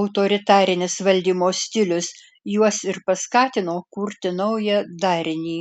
autoritarinis valdymo stilius juos ir paskatino kurti naują darinį